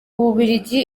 bubiligi